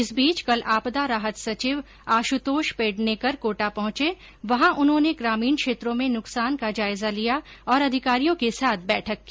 इस बीच कल आपदा राहत सचिव आशुतोष पेडनेकर कोटा पहुचें वहां उन्होंने ग्रामीण क्षेत्रों में नुकसान का जायजा लिया और अधिकारियों के साथ बैठक की